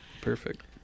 Perfect